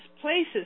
places